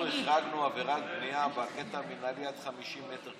אנחנו החרגנו עבירה על בנייה בקטע המינהלי עד 50 מטרים,